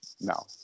no